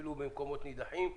אפילו במקומות נידחים.